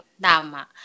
Dama